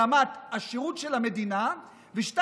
ברמת השירות של המדינה, וב.